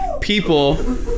people